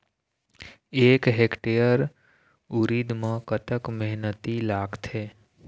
एक हेक्टेयर उरीद म कतक मेहनती लागथे?